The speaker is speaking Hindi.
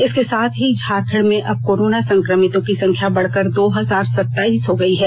इसके साथ ही झारखंड में अब कोरोना संक्रमितों की संख्या बढ़कर दो हजार सत्ताईस हो गयी है